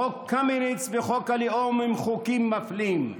חוק קמיניץ וחוק הלאום הם חוקים מפלים.